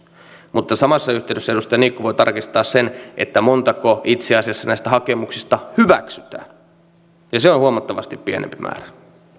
mutta samassa yhteydessä edustaja niikko voi tarkistaa sen montako itse asiassa näistä hakemuksista hyväksytään ja se on huomattavasti pienempi määrä